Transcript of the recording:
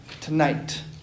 tonight